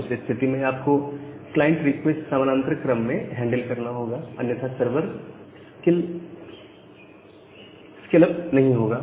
उस स्थिति में आपको क्लाइंट रिक्वेस्ट समानांतर क्रम में हैंडल करना होगा अन्यथा सर्वर स्किल स्केल अप नहीं होगा